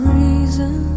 reason